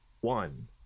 One